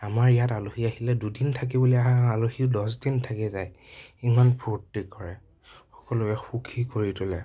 আমাৰ ইয়াত আলহী আহিলে দুদিন থাকিবলে অহা আলহী দচ দিন থাকি যায় ইমান ফুৰ্তি কৰে সকলোকে সুখী কৰি তোলে